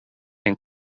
ein